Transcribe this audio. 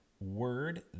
word